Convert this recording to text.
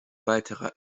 weiterer